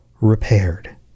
repaired